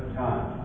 time